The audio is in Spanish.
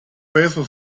peso